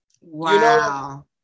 Wow